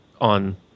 on